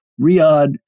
Riyadh